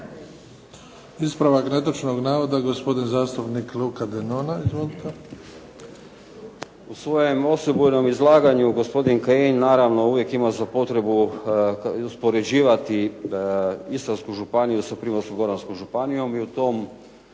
Ispravak netočnog navoda gospodin zastupnik Luka Denona. Izvolite. **Denona, Luka (SDP)** U svojem osebujnom izlaganju gospodin Kajin naravno uvijek ima za potrebu uspoređivati Istarsku županiju sa Primorsko-goranskom županijom i u tom